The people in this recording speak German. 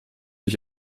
ich